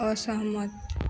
असहमत